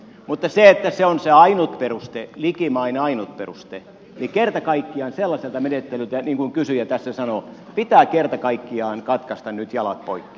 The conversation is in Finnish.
mutta jos se on se ainut peruste likimain ainut peruste niin sellaiselta menettelyltä niin kuin kysyjä tässä sanoi pitää kerta kaikkiaan katkaista nyt jalat poikki